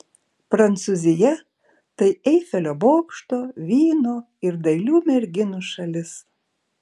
prancūzija tai eifelio bokšto vyno ir dailių merginų šalis